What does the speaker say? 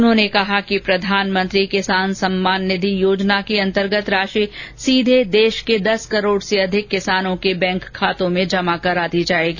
उन्होंने कहा कि प्रधानमंत्री किसान सम्मान निधि योजना के अंतर्गत राशि सीधे देश के दस करोड़ से अधिक किसानों के बैंक खातों में जमा करा दी जाएगी